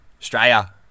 australia